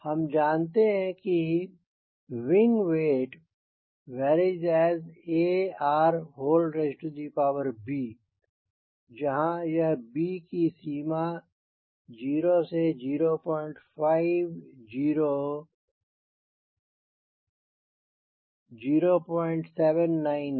हम जानते हैं कि Wing Weight ∝ b जहाँ यह b की सीमा 0 से 05 079 है